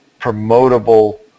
promotable